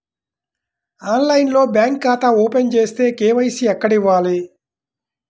ఆన్లైన్లో బ్యాంకు ఖాతా ఓపెన్ చేస్తే, కే.వై.సి ఎక్కడ ఇవ్వాలి?